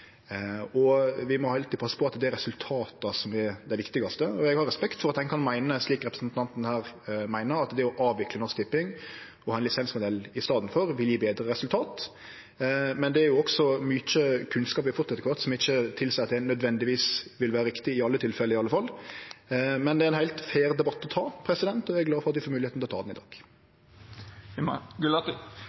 Vi må alltid passe på at det er resultata som er dei viktigaste. Eg har respekt for at ein kan meine det representanten gjer, at å avvikle Norsk Tipping og ha ein lisensmodell i staden vil gje betre resultat. Men det er mykje kunnskap vi har fått etter kvart som tilseier at det ikkje nødvendigvis vil vere riktig i alle tilfelle. Men det er ein heilt fair debatt å ta. Eg er glad for at vi får moglegheit til å ta han i dag.